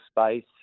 space